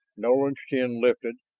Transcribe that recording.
nolan's chin lifted,